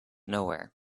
nowhere